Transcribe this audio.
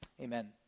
Amen